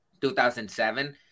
2007